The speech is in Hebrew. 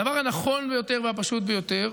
הדבר הנכון ביותר והפשוט ביותר,